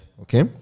Okay